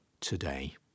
today